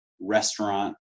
restaurant